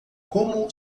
como